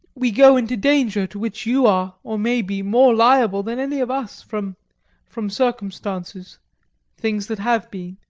we go into danger, to which you are, or may be, more liable than any of us from from circumstances things that have been.